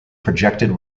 projected